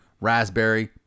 raspberry